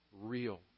real